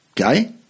Okay